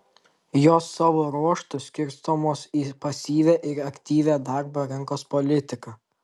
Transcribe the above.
jos savo ruožtu skirstomos į pasyvią ir aktyvią darbo rinkos politiką